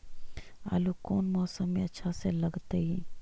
आलू कौन मौसम में अच्छा से लगतैई?